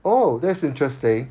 oh that's interesting